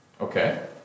Okay